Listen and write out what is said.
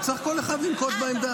וצריך כל אחד לנקוט בעמדה.